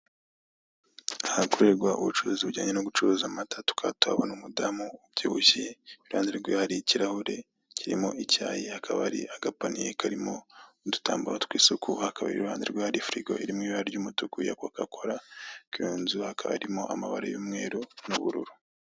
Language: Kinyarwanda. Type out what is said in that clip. Ahakorerwa ubucuruzi bujyanye no gucuruza amata tukaba tuhabona umudamu ubyibushye iruhande rw'iwe hari ikirahure kirimo icyayi, hakaba hari agapaniye karimo udutambaro tw'isuku, hakaba iruhande rwe hari firigo iri mu ibara ry'umutuku ya kokakola, kuri iyo nzu hakaba harimo amabara y'umweru n'ubururu.